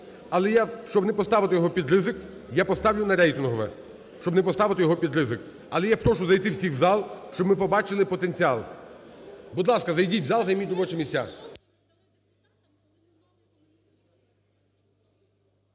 щоб не поставити його під ризик. Але я прошу зайти всіх в зал, щоб ми побачили потенціал. Будь ласка, зайдіть в зал, займіть робочі місця.